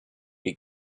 die